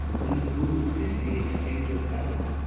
we woo'd, and made exchange of vow,